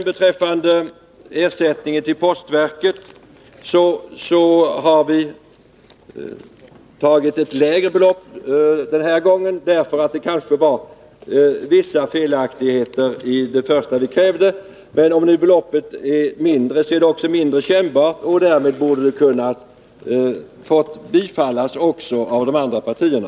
Beträffande ersättningen till postverket har vi valt ett lägre belopp den här gången, därför att det kanske var vissa felaktigheter i det vi först krävde. Men om nu beloppet är mindre, så är det också mindre kännbart, och därmed borde det ha kunnat bifallas också av de andra partierna.